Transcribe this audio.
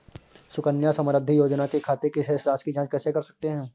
सुकन्या समृद्धि योजना के खाते की शेष राशि की जाँच कैसे कर सकते हैं?